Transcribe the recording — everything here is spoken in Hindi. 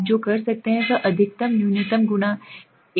आप जो कर सकते हैं वह अधिकतम है न्यूनतम गुणा 15 गुना